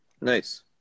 Nice